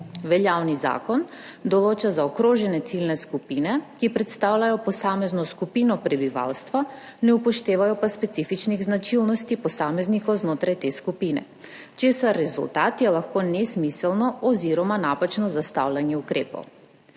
Veljavni zakon določa zaokrožene ciljne skupine, ki predstavljajo posamezno skupino prebivalstva, ne upoštevajo pa specifičnih značilnosti posameznikov znotraj te skupine, česar rezultat je lahko nesmiselno oziroma napačno zastavljanje ukrepov.